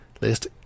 list